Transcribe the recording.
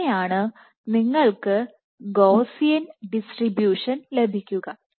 അങ്ങിനെയാണ് നിങ്ങൾക്ക് Gaussian distribution ലഭിക്കുക